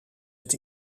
het